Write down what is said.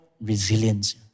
resilience